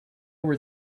were